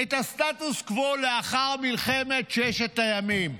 את הסטטוס קוו לאחר מלחמת ששת הימים,